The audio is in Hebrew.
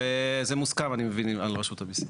וזה מוסכם, אני מבין, על רשות המיסים.